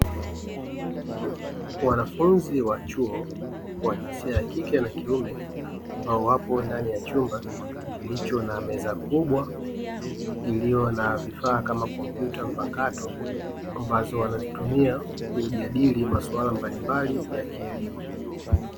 Wanafunzi wa chuo wa jinsia ya kike na kiume amabao wapo ndani ya meza kubwa iliyo na vifaa kama kompyuta mpakato, ambazo wanazitumia kwa ajili ya kujadili maswala mbalimbali ya kielimu.